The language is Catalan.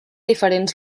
diferents